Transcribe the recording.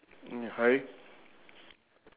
ya it's there